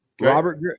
Robert